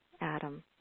Adam